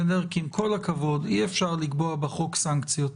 כי עם כל הכבוד, אי אפשר לקבוע בחוק סנקציות.